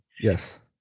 Yes